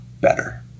better